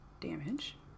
damage